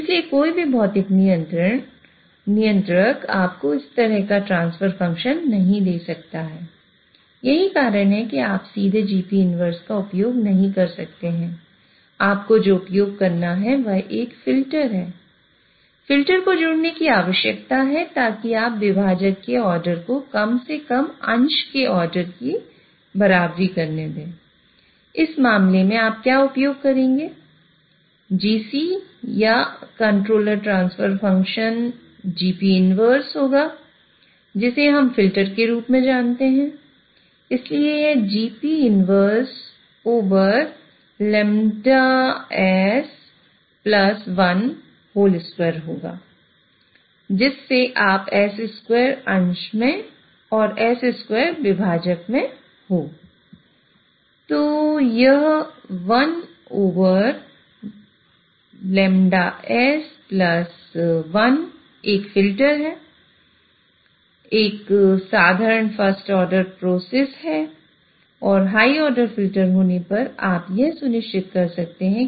इसलिए कोई भी भौतिक नियंत्रक आपको इस तरह का ट्रांसफर फंक्शन उचित है